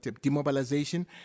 demobilization